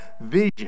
vision